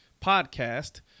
podcast